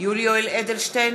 יולי יואל אדלשטיין,